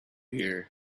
here